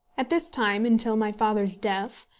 at this time, and till my father's death,